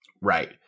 Right